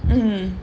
mmhmm